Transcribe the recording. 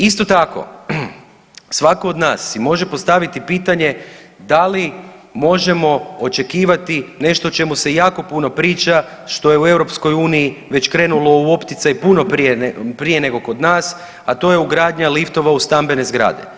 Isto tako, svatko od nas si može postaviti pitanje da li možemo očekivati nešto o čemu se jako puno priča, što je u Europskoj uniji već krenulo u opticaj puno prije nego kod nas, a to je ugradnja liftova u stambene zgrade.